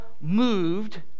moved